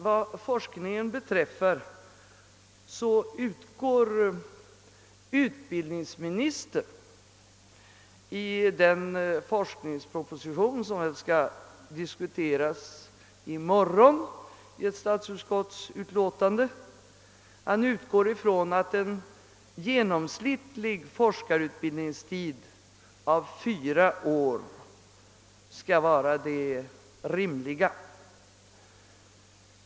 Vad forskningen beträffar utgår utbildningsministern i den forskningsproposition, som upptagits till behandling i ett statsutskottsutlåtande som kommer att ligga på kammarens bord i morgon, från att en genomsnittlig forskarutbildningstid på fyra år är rimlig.